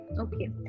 Okay